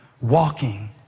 walking